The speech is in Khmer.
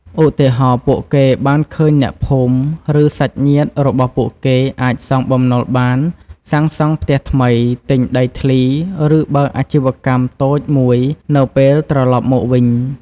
ឧទាហរណ៍ ពួកគេបានឃើញអ្នកភូមិ ឬសាច់ញាតិរបស់ពួកគេអាចសងបំណុលបាន សាងសង់ផ្ទះថ្មី ទិញដីធ្លី ឬបើកអាជីវកម្មតូចមួយនៅពេលត្រឡប់មកវិញ។